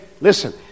Listen